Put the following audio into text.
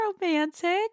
romantic